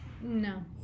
no